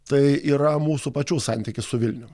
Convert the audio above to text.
tai yra mūsų pačių santykis su vilnium